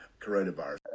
coronavirus